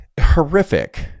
horrific